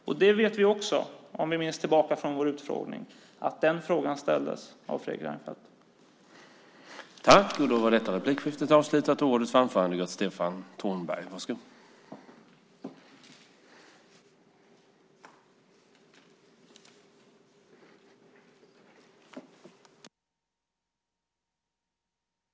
Och vi vet också, om vi minns tillbaka till vår utfrågning, att den frågan ställdes av Fredrik Reinfeldt.